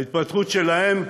ההתפתחות שלהם,